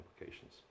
implications